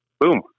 boom